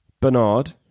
Bernard